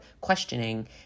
questioning